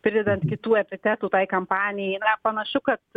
pridedant kitų epitetų tai kampanijai na panašu kad